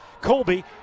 Colby